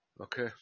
Okay